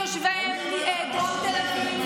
אני לא נגד תושבי דרום תל אביב,